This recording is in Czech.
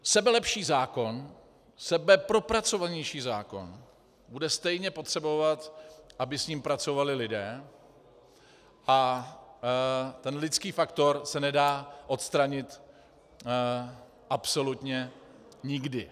Sebelepší zákon, sebepropracovanější zákon bude stejně potřebovat, aby s ním pracovali lidé, a ten lidský faktor se nedá odstranit absolutně nikdy.